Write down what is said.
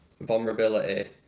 Vulnerability